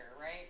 right